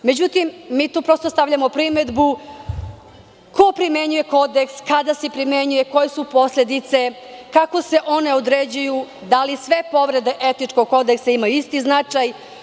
Međutim, mi tu stavljamo primedbu ko primenjuje kodeks, kada se primenjuje, koje su posledice, kako se one određuju, da li sve odredbe kodeksa imaju isti značaj.